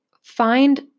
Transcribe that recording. find